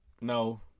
no